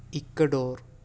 ecuador